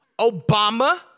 Obama